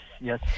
Yes